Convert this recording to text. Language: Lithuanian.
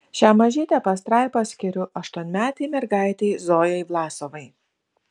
šią mažytę pastraipą skiriu aštuonmetei mergaitei zojai vlasovai